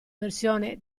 versione